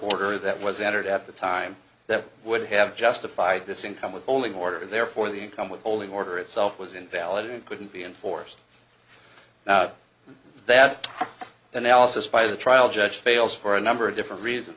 order that was entered at the time that would have justified this income with only order and therefore the income withholding order itself was invalid and couldn't be enforced that analysis by the trial judge fails for a number of different reasons